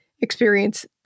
experience